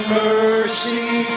mercy